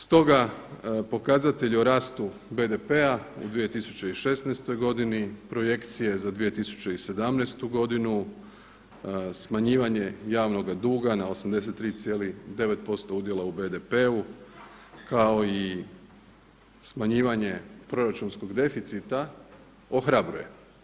Stoga, pokazatelj o rastu BDP-a u 2016. godini, projekcije za 2017. godinu, smanjivanje javnoga duga na 83,9% udjela u BDP-u kao i smanjivanje proračunskog deficita ohrabruje.